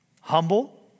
humble